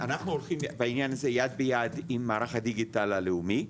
אנחנו הולכים בעניין הזה יד ביד עם מערך הדיגיטל הלאומי.